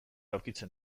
aurkitzen